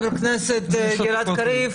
חברת הכנסת גלעד קריב,